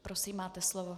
Prosím, máte slovo.